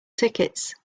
tickets